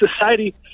society